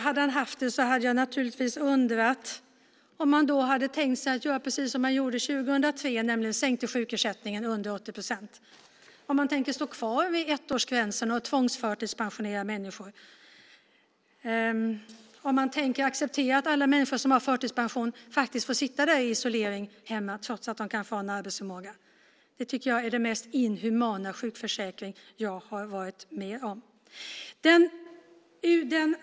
Hade han haft det hade jag naturligtvis undrat om han tänkt sig att göra precis som man gjorde år 2003 då man sänkte sjukersättningen till under 80 procent. Tänker han stå kvar vid ettårsgränsen och tvångsförtidspensionera människor? Tänker han acceptera att alla människor som har förtidspension faktiskt får sitta i sin isolering hemma trots att de kanske har en arbetsförmåga? Det är den mest inhumana sjukförsäkring som jag varit med om.